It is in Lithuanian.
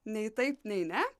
nei taip nei ne